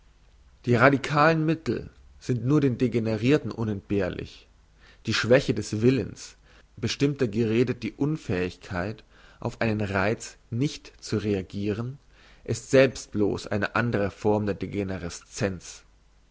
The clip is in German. die radikalen mittel sind nur den degenerirten unentbehrlich die schwäche des willens bestinunter geredet die unfähigkeit auf einen reiz nicht zu reagiren ist selbst bloss eine andre form der